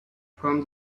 from